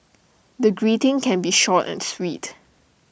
the greeting can be short and sweet